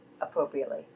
appropriately